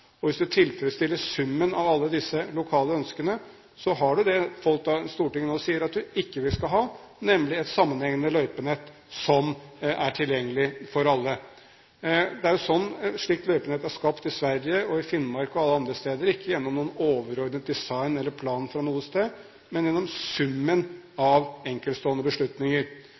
annen. Hvis man tilfredsstiller summen av alle disse lokale ønskene, har man det Stortinget nå sier at vi ikke skal ha, nemlig et sammenhengende løypenett, som er tilgjengelig for alle. Det er jo slik løypenettet er blitt skapt i Sverige, i Finnmark og alle andre steder – ikke gjennom noen overordnet design eller plan fra noe sted, men gjennom summen av enkeltstående beslutninger.